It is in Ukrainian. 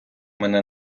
мене